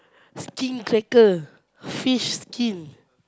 skin cracker fish skin